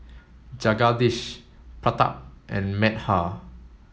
Jagadish Pratap and Medha